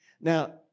Now